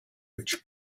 which